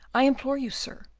i implore you, sir,